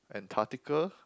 Antarctica